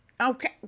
Okay